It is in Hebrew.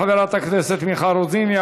תודה לחברת הכנסת מיכל רוזין.